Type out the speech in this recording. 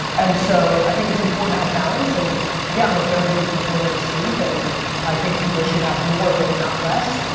and so, i think it's important to have balance and yeah, i'm a very big proponent of sleep and i think people should have more of it, not less.